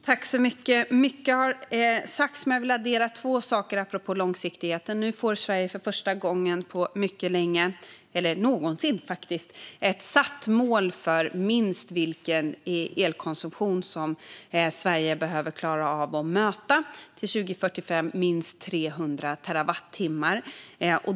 Herr talman! Mycket har sagts, men jag vill addera två saker apropå långsiktighet. Nu får Sverige för första gången någonsin ett satt mål för vilken elkonsumtion Sverige minst behöver klara av att möta. Till 2045 är det minst 300 terawattimmar.